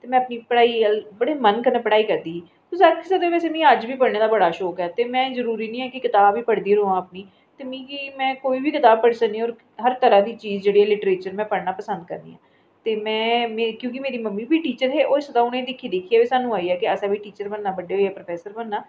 ते में अपनी पढाई बड़े मन कन्नै पढाई करदी ही तुस आखी सकदे कि मिगी अज्ज बी पढने दी बड़ा शौंक ऐ ते में जरूरी नीं ऐ कि किताब गै पढदी रवां ते में कोई बी किताब पढ़ी सकनियां हर तरह् दी चीज लिटरेचर में पढ़ी सकनियां क्यूंकि मेरी मम्मी बी टीचर हे ते होई सकदा कि उ'नें 'गी दिक्खी दिक्खी गै स्हानूं आइया कि असें गी टीचर बनना बड़े होइयै प्रोफैसर बनना